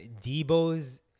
Debo's